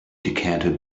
decanted